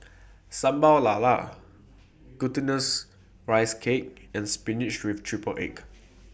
Sambal Lala Glutinous Rice Cake and Spinach with Triple Egg